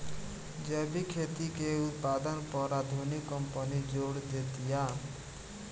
जैविक खेती के उत्पादन पर आधुनिक कंपनी जोर देतिया